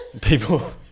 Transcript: People